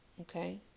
Okay